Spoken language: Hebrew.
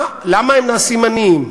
למה הם נעשים עניים?